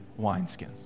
wineskins